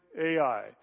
Ai